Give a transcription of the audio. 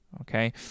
okay